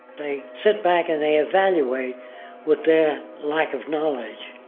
they sit back and they evaluate with their lack of knowledge,